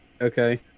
Okay